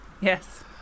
Yes